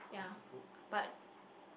yeah but